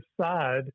side